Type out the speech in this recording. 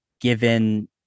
given